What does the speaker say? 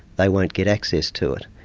they won't get access to it.